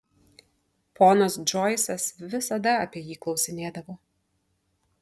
ponas džoisas visada apie jį klausinėdavo